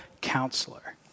counselor